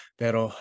pero